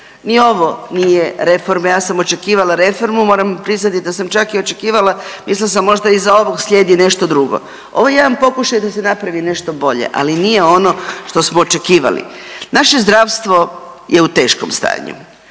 ni ovo nije reforma. Ja sam očekivala reformu. Moram priznati da sam čak i očekivala, mislila sam možda iza ovog slijedi nešto drugo. Ovo je jedan pokušaj da se napravi nešto bolje, ali nije ono što smo očekivali. Naše zdravstvo je u teškom stanju.